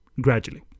gradually